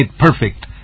perfect